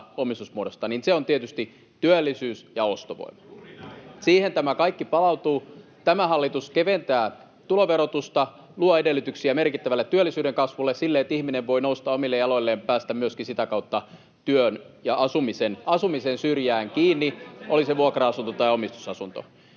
se on tietysti työllisyys- ja ostovoima. Siihen tämä kaikki palautuu. Tämä hallitus keventää tuloverotusta, luo edellytyksiä merkittävälle työllisyyden kasvulle ja sille, että ihminen voi nousta omille jaloilleen, päästä myöskin sitä kautta työn ja asumisen syrjään kiinni, [Hälinää vasemmalta] oli se vuokra-asunto tai omistusasunto.